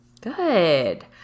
Good